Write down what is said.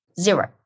zero